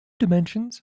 dimensions